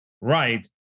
right